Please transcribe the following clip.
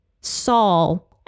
Saul